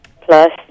plus